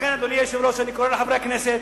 לכן, אדוני היושב-ראש, אני קורא לחברי הכנסת,